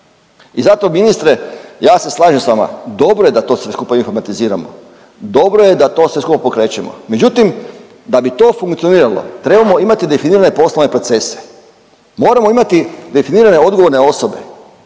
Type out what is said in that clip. I zato ministre ja se slažem sa vama, dobro je da to sve skupa informatiziramo. Dobro je da to sve skupa pokrećemo, međutim da bi to funkcioniralo trebamo imati definirane poslovne procese. Moramo imati definirane odgovorne osobe.